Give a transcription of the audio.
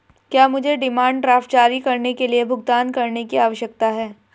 क्या मुझे demand draft जारी करने के लिए भुगतान करने की आवश्यकता है?